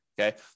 okay